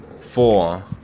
four